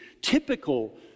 typical